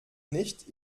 nicht